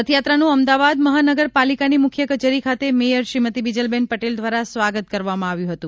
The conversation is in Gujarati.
રથયાત્રાનું અમદાવાદ મહાનગરપાલિકાની મુખ્ય કચેરી ખાતે મેયર શ્રીમતી બીજલબેન પટેલ દ્વારા સ્વાગત કરવામાં આવ્યું હતું